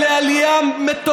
אני אינני זקוק לעזרה שלך.